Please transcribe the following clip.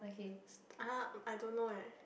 ah I don't know eh